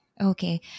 Okay